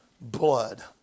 blood